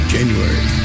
January